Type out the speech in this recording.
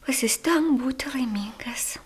pasistenk būti laimingas